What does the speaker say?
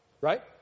Right